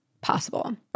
possible